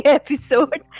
episode